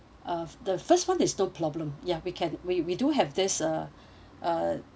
uh the first one is no problem ya we can we we do have this uh uh